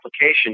application